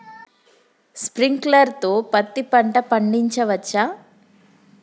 Sprinkler తో పత్తి పంట పండించవచ్చా?